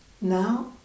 Now